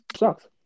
Sucks